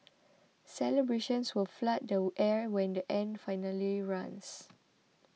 celebrations will flood the air when the end finally runs